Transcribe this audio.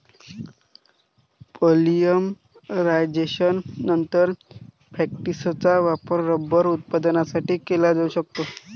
पॉलिमरायझेशननंतर, फॅक्टिसचा वापर रबर उत्पादनासाठी केला जाऊ शकतो